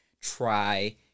try